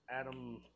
Adam